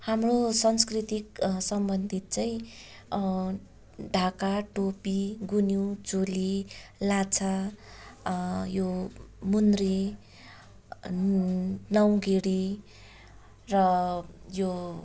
हाम्रो संस्कृति सम्बन्धित चाहिँ ढाका टोपी गुनिउँ चोली लाछा यो मुन्द्री नौगेडी र यो